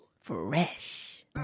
Fresh